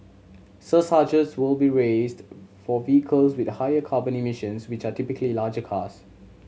surcharges will be raised for vehicles with higher carbon emissions which are typically larger cars